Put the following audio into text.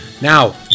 Now